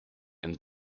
and